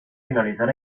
finalizar